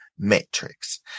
metrics